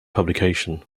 publication